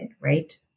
right